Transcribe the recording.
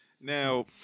Now